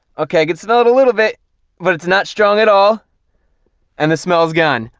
okay good smell it a little bit but it's not strong at all and the smells gun.